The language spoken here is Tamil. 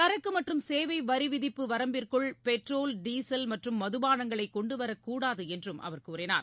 சரக்குமற்றும் சேவைவரிவிதிப்பு வரம்பிற்குள் பெட்ரோல் டீசல் மற்றும் மதுபானங்களைகொண்டுவரக்கூடாதுஎன்றும் அவர் கூறினார்